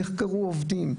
נחקרו עובדים,